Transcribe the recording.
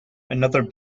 another